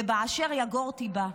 ואשר יגורתי בא לי.